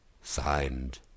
Signed